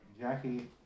Jackie